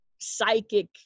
psychic